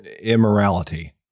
immorality